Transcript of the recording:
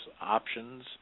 options